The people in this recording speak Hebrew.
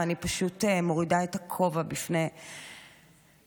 ואני פשוט מורידה בפניה את הכובע,